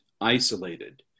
isolated